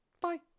bye